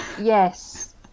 Yes